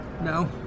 No